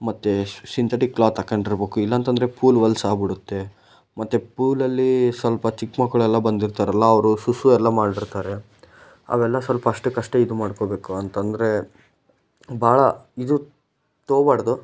ಮತ್ತು synthetic cloth ಹಾಕ್ಕೊಂಡಿರ್ಬೇಕು ಇಲ್ಲ ಅಂತಂದ್ರೆ ಫೂಲ್ ಹೊಲಸಾಗ್ಬಿಡುತ್ತೆ ಮತ್ತೆ ಪೂಲಲ್ಲಿ ಸ್ವಲ್ಪ ಚಿಕ್ಕ ಮಕ್ಳು ಎಲ್ಲ ಬಂದಿರ್ತಾರೆ ಅಲ್ಲ ಅವರು ಸುಸು ಎಲ್ಲ ಮಾಡಿರ್ತಾರೆ ಅವೆಲ್ಲ ಸ್ವಲ್ಪ ಅಷ್ಟಕ್ಕಷ್ಟೇ ಇದು ಮಾಡ್ಕೊಳ್ಬೇಕು ಅಂತ ಅಂದರೆ ಭಾಳ ಇದು ತಗೊಳ್ಬಾರ್ದು